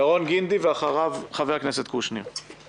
ירון גינדי ואחריו, חבר הכנסת קושניר.